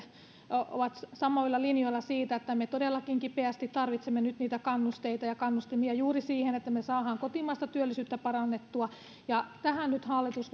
ovat samoilla linjoilla siitä että me todellakin kipeästi tarvitsemme nyt niitä kannusteita ja kannustimia juuri siihen että me saamme kotimaista työllisyyttä parannettua ja tähän nyt hallitus